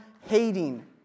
hating